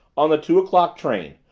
on the two o'clock train.